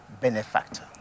benefactor